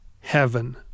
heaven